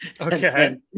Okay